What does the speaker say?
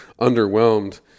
underwhelmed